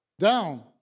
down